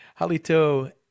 Halito